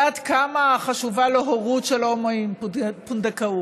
ועד כמה חשובה לו הורות של הומואים, פונדקאות,